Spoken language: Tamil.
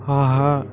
ஆஹா